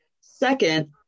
Second